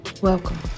Welcome